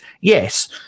Yes